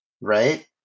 Right